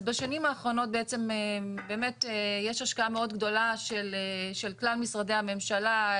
אז בשנים האחרונות בעצם באמת יש השקעה מאוד גדולה של כלל משרדי הממשלה,